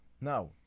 Now